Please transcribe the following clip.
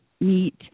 meet